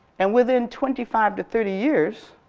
and within twenty five to thirty years,